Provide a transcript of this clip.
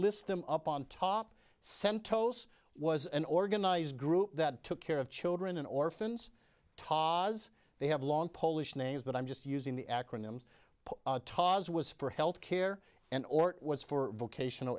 list them up on top sentosa was an organized group that took care of children and orphans taz they have long polish names but i'm just using the acronyms taz was for health care and or was for vocational